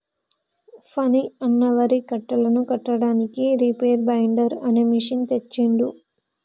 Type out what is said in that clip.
ఫణి అన్న వరి కట్టలను కట్టడానికి రీపేర్ బైండర్ అనే మెషిన్ తెచ్చిండు